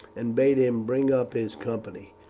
and bade him bring up his company.